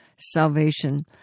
salvation